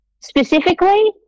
Specifically